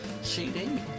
CD